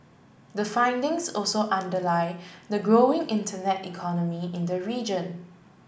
the findings also underlie the growing internet economy in the region